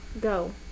go